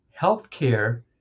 Healthcare